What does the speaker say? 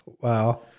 wow